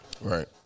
Right